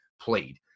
played